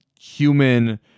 human